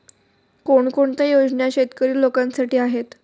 कोणकोणत्या योजना शेतकरी लोकांसाठी आहेत?